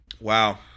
Wow